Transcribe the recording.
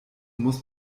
muss